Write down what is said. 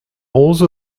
onze